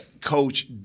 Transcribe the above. Coach